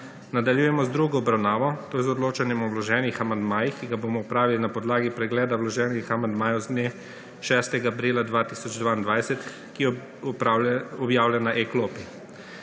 Nadaljujemo z drugo obravnavo, to je z odločanjem o vloženem amandmaju, ki ga bomo opravili na podlagi pregleda vloženega amandmaja z dne, 6. aprila 2022, ki je objavljen na e-klopi.